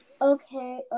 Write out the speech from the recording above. Okay